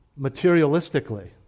materialistically